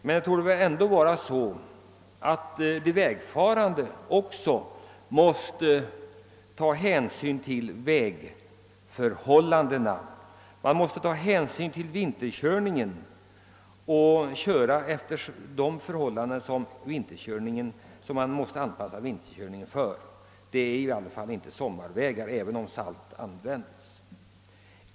Men de vägfarande måste ju också ta hänsyn till vägförhållandena, ta hänsyn till de särskilda krav som vinterkörningen ställer. Det är i alla fall inte sommarvägar man kör på även om salt används.